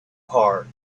heart